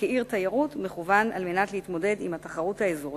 כעיר תיירות מכוון על מנת להתמודד עם התחרות האזורית,